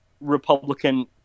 republican